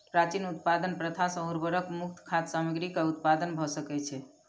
प्राचीन उत्पादन प्रथा सॅ उर्वरक मुक्त खाद्य सामग्री के उत्पादन भ सकै छै